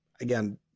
again